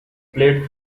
played